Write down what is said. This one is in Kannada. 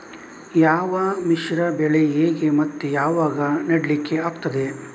ಯಾವ ಮಿಶ್ರ ಬೆಳೆ ಹೇಗೆ ಮತ್ತೆ ಯಾವಾಗ ನೆಡ್ಲಿಕ್ಕೆ ಆಗ್ತದೆ?